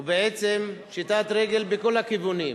ובעצם, פשיטת רגל בכל הכיוונים: